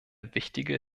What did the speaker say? wichtige